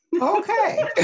Okay